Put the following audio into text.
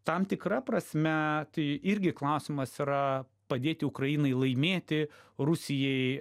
tam tikra prasme tai irgi klausimas yra padėti ukrainai laimėti rusijai